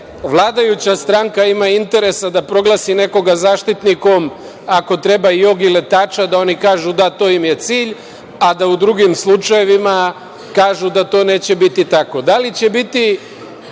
vladajuća stranka ima interesa da proglasi nekoga zaštitnikom, ako treba i jogi letača, da oni kažu - da to im je cilj, a da u drugim slučajevima kažu da to neće biti takvo. Da li će biti